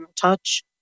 Touch